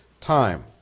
time